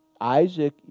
Isaac